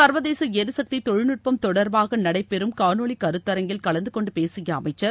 சர்வதேச எரிசக்தித் தொழில் நட்பம் தொடர்பாக நடைபெறும் காணொலி கருத்தரங்கில் கலந்து கொன்டு பேசிய அமைச்சர்